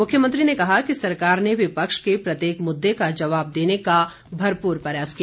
मुख्यमंत्री ने कहा कि सरकार ने विपक्ष के प्रत्येक मुद्दे का जवाब देने का भरपूर प्रयास किया